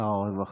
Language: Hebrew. שר הרווחה.